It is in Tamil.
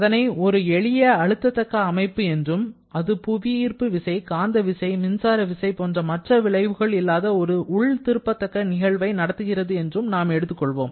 அதனை ஒரு எளிய அழுத்த தக்க அமைப்பு என்றும் அது புவியீர்ப்பு விசை காந்தவிசை மின்சார விசை போன்ற மற்ற விளைவுகள் இல்லாத ஒரு உள் திருப்பத்தக்க நிகழ்வை நடத்துகிறது என்றும் எடுத்துக் கொள்வோம்